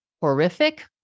horrific